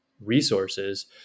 resources